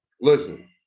listen